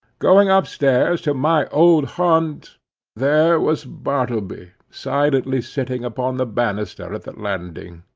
going up stairs to my old haunt there was bartleby silently sitting upon the banister at the landing.